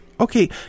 Okay